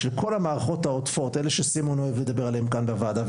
של כל המערכות העוטפות אלה שסימון אוהב לדבר עליהן כאן בוועדה,